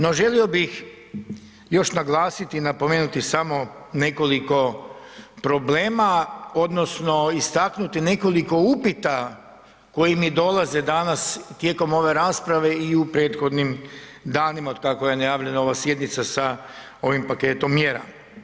No, želio bih još naglasiti i napomenuti samo nekoliko problema odnosno istaknuti nekoliko upita koji mi dolaze danas tijekom ove rasprave i u prethodnim danima od kako je najavljena ova sjednica sa ovim paketom mjera.